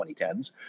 2010s